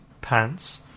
pants